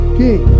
king